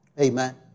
Amen